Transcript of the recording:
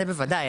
זה בוודאי,